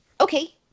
okay